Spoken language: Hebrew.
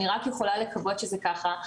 אני רק יכולה לקוות שזה ככה.